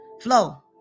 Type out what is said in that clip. Flow